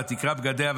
ותקרע בגדיה,